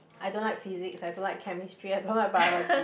I don't like physics I don't like chemistry I don't like biology